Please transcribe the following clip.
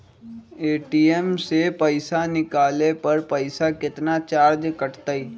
ATM से पईसा निकाले पर पईसा केतना चार्ज कटतई?